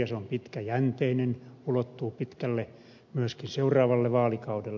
se on pitkäjänteinen ulottuu pitkälle myöskin seuraavalle vaalikaudelle